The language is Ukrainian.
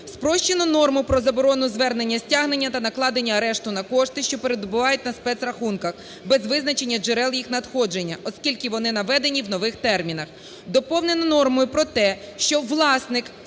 Спрощено норму про заборону звернення стягнення та накладення арешту на кошти, що перебувають на спецрахунках без визначення джерел їх надходження, оскільки вони наведені в нових термінах. Доповнено нормою про те, що власник спеціального